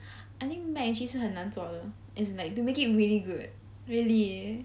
I think mac and cheese 是很难做的 it's like to make it really good really